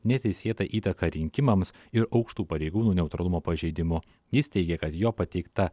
neteisėtą įtaką rinkimams ir aukštų pareigūnų neutralumo pažeidimu jis teigė kad jo pateikta